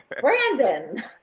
Brandon